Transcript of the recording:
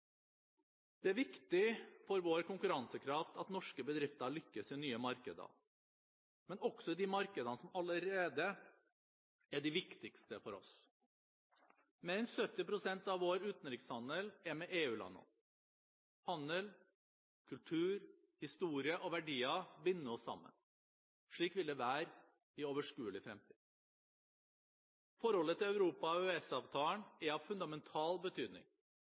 Det er viktig for vår konkurransekraft at norske bedrifter lykkes i nye markeder, men også i de markedene som allerede er de viktigste for oss. Mer enn 70 pst. av vår utenrikshandel er med EU-landene. Handel, kultur, historie og verdier binder oss sammen. Slik vil det være i overskuelig fremtid. Forholdet til Europa og EØS-avtalen er av fundamental betydning